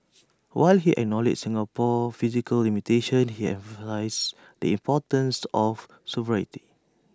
while he acknowledged Singapore's physical limitations he emphasised the importance of sovereignty